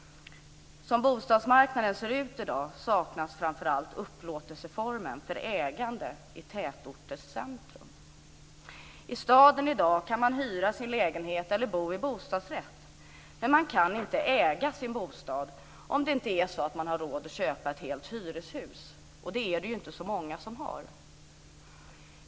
Som bostadsmarknaden ser ut i dag saknas framför allt upplåtelseform för ägande i tätorters centrum. I staden kan man i dag hyra sin lägenhet eller bo i bostadsrätt. Men man kan inte äga sin bostad om det inte är så att man har råd att köpa ett helt hyreshus, och det är det inte många som har.